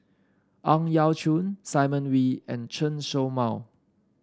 Ang Yau Choon Simon Wee and Chen Show Mao